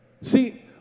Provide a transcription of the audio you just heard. See